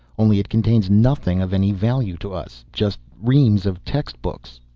only it contains nothing of any value to us. just reams of textbooks.